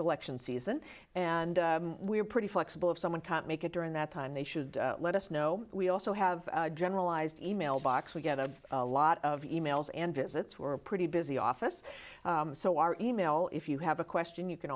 election season and we're pretty flexible if someone can't make it during that time they should let us know we also have generalized e mail box we get a lot of e mails and visits were pretty busy office so our e mail if you have a question you can